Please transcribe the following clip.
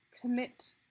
commit